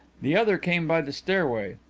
the other came by the stairway.